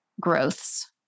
growths